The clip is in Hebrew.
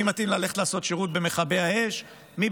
מי מתאים ללכת לעשות שירות במכבי האש ומי,